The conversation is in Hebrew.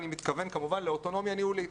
אני מתכוון כמובן לאוטונומיה ניהולית